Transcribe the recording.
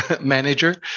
manager